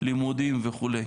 לימודים וכולי.